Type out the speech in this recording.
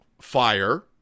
fire